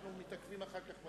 אנחנו מתעכבים אחר כך.